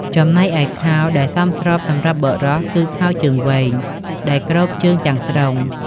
ចំំណែកឯខោដែលសមស្របសម្រាប់បុរសគឺខោជើងវែង ដែលគ្របជើងទាំងស្រុង។